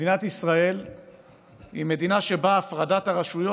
מדינת ישראל היא מדינה שבה הפרדת הרשויות